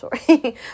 sorry